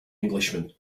englishman